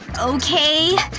okay,